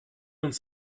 uns